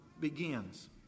begins